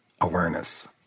awareness